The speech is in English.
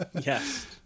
Yes